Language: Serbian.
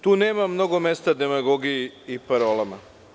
Tu nema mnogo mesta demagogiji i parolama.